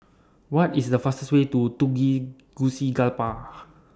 What IS The fastest Way to